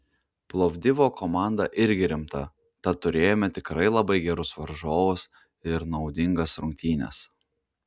plovdivo komanda irgi rimta tad turėjome tikrai labai gerus varžovus ir naudingas rungtynes